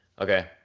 Okay